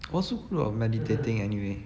what's so good about meditating anyway